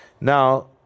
Now